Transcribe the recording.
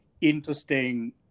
interesting